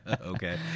Okay